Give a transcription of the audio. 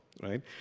right